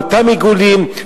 באותם עיגולים,